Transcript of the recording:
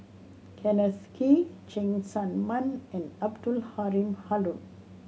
Kenneth Kee Cheng Tsang Man and Abdul Halim Haron